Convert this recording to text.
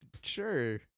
sure